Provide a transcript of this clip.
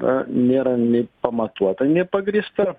nėra nei pamatuota nei pagrįsta